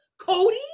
cody